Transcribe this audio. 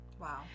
Wow